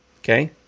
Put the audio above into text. okay